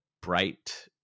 bright